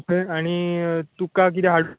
आनी तुका कितें हाडूं